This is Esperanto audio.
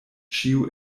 ĉiu